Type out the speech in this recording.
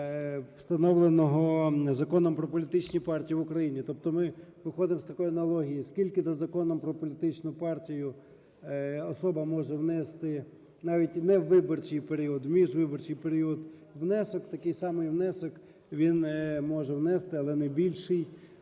встановленого Законом "Про політичні партії в Україні". Тобто ми виходимо з такої аналогії: скільки за Законом про політичну партію особа може внести, навіть не у виборчий період, у міжвиборчий період внесок, такий самий внесок він може внести, але не більший,